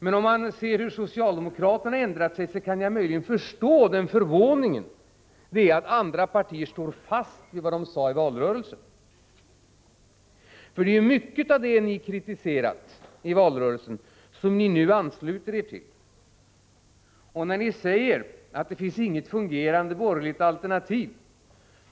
Men när man ser hur socialdemokraterna ändrat sig kan man möjligen förstå den förvåning det väcker att andra partier står fast vid vad de sade i valrörelsen. Mycket av det ni kritiserade i valrörelsen ansluter ni er nu till. Socialdemokraterna säger att det inte finns något fungerande borgerligt alternativ.